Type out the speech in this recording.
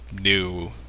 new